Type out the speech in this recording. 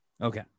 Okay